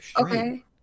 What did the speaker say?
okay